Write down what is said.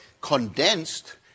condensed